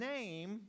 name